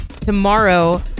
Tomorrow